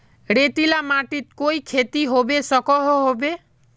रेतीला माटित कोई खेती होबे सकोहो होबे?